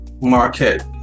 market